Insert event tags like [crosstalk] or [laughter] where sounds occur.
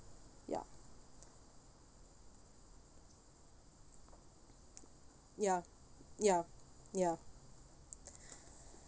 ya ya ya ya [breath]